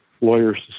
lawyers